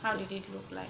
how did they two apply